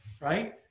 right